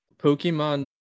Pokemon